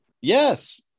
Yes